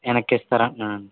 వెనక్కి ఇస్తారా ఆ